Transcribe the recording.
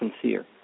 sincere